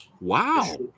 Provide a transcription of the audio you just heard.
Wow